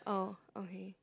oh okay